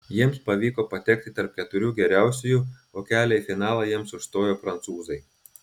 jiems pavyko patekti tarp keturių geriausiųjų o kelią į finalą jiems užstojo prancūzai